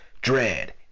dread